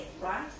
right